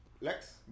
Lex